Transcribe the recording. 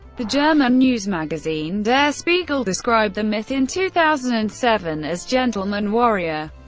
the german news magazine der spiegel described the myth in two thousand and seven as gentleman warrior,